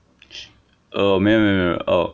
哦没有没有哦